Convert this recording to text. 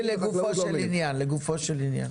לגופו של עניין.